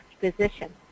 position